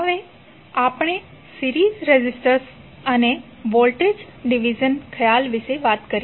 હવે આપણે series resistors અને વોલ્ટેજ ડિવિઝન ખ્યાલ વિશે વાત કરીએ